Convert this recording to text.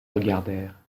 regardèrent